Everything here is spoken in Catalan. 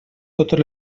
totes